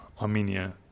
Armenia